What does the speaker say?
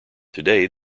today